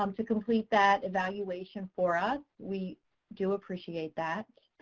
um to complete that evaluation for us. we do appreciate that.